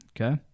Okay